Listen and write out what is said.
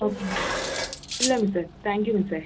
okay മി ഇല്ല മിസ്സെ താങ്ക് യൂ മിസ്സെ